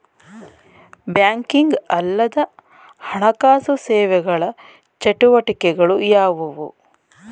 Banking ಅಲ್ಲದ ಹಣಕಾಸು ಸೇವೆಗಳ ಚಟುವಟಿಕೆಗಳು ಯಾವುವು?